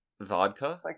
vodka